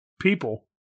people